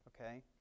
okay